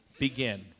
Begin